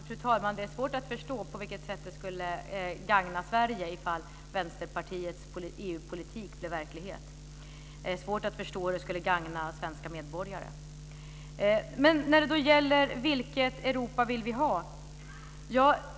Fru talman! Det är svårt att förstå på vilket sätt det skulle gagna Sverige ifall Vänsterpartiets EU-politik blev verklighet. Det är svårt att förstå hur det skulle gagna svenska medborgare. Vilket Europa vill vi då ha?